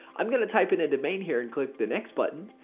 i'm going to type in a domain here and click the next button.